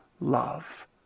love